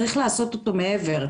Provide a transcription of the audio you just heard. צריך לעשות אותו מעבר.